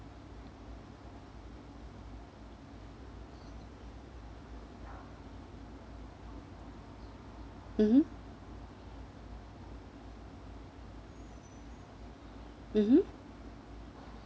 mmhmm mmhmm